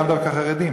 לאו דווקא חרדים,